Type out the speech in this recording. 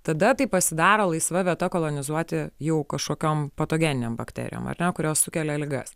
tada tai pasidaro laisva vieta kolonizuoti jau kažkokiom patogeninėm bakterijom ar ne kurios sukelia ligas